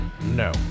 no